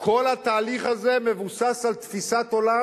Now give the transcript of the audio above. כל התהליך הזה מבוסס על תפיסת עולם